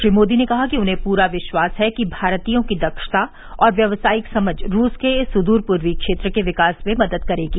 श्री मोदी ने कहा कि उन्हें पूरा विश्वास है कि भारतीयों की दक्षता और व्यवसायिक समझ रूस के इस सुदूर पूर्वी क्षेत्र के विकास में मदद करेगी